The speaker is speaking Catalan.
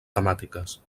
temàtiques